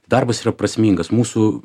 darbas yra prasmingas mūsų